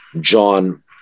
John